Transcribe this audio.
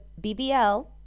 BBL